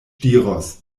diros